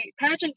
pageant